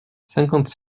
cinquante